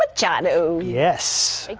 ah john o yes.